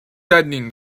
deadening